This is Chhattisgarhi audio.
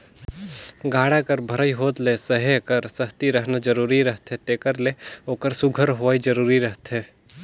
गाड़ा कर भरई होत ले सहे कर सकती रहना जरूरी रहथे तेकर ले ओकर सुग्घर होवई जरूरी रहथे